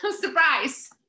Surprise